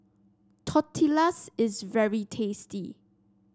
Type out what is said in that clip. tortillas is very tasty